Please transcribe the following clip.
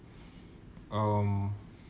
um